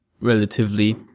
relatively